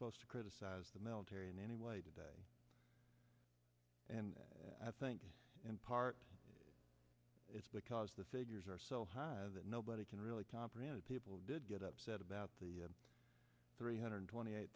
supposed to criticize the military in any way today and i think in part it's because the figures are so high that nobody can really comprehend it people did get upset about the three hundred twenty eight